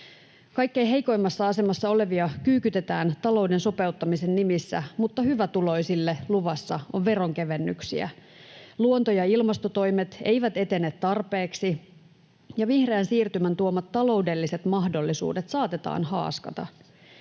Kaikkein heikoimmassa asemassa olevia kyykytetään talouden sopeuttamisen nimissä, mutta hyvätuloisille luvassa on veronkevennyksiä. Luonto- ja ilmastotoimet eivät etene tarpeeksi, vihreän siirtymän tuomat taloudelliset mahdollisuudet saatetaan haaskata,